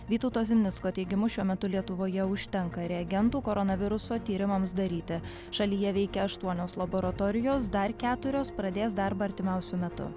vytauto zimnicko teigimu šiuo metu lietuvoje užtenka reagentų koronaviruso tyrimams daryti šalyje veikia aštuonios laboratorijos dar keturios pradės darbą artimiausiu metu